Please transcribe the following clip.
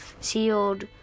sealed